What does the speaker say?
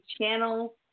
channel